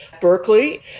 Berkeley